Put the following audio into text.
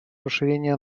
расширения